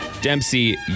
Dempsey